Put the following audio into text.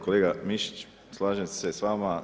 Kolega Mišić slažem se s vama.